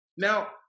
Now